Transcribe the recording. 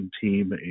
team